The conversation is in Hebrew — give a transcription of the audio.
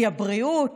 כי הבריאות